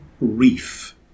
reef